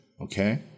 okay